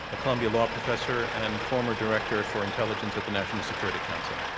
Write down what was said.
a columbia law professor, and former director for intelligence at the national security council.